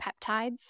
peptides